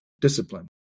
discipline